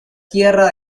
tierra